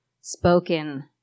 spoken